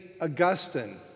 Augustine